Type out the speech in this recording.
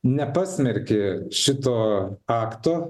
nepasmerkė šito akto